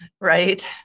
Right